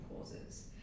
causes